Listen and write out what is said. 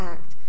Act